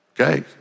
Okay